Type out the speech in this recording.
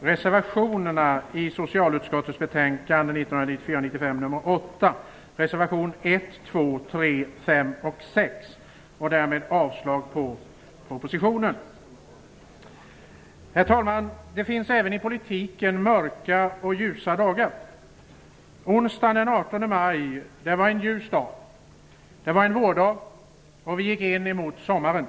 reservationerna 1, 2, 3, 5 och 6 i socialutskottets betänkande 1994/95:SoU8. Därmed yrkar jag avslag på propositionen. Herr talman! Det finns även i politiken mörka och ljusa dagar. Onsdagen den 18 maj var en ljus dag. Det var en vårdag. Vi gick mot sommaren.